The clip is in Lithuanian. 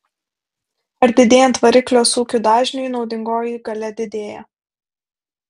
ar didėjant variklio sūkių dažniui naudingoji galia didėja